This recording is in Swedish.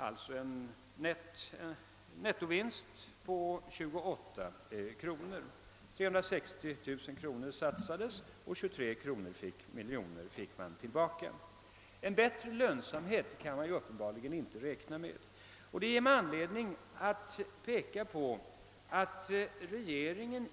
360 000 kronor satsade man och fick 23 miljoner kronor tillbaka; det blir alltså en nettovinst på 28 kronor per turist. En bättre lönsamhet kan man uppenbarligen inte räkna med. Det ger mig anledning att peka på att regeringen